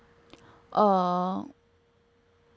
oh